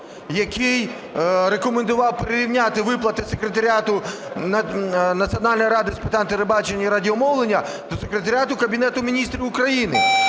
який рекомендував прирівняти виплати секретаріату Національної ради з питань телебачення і радіомовлення до секретаріату Кабінету Міністрів України.